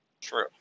True